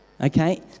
Okay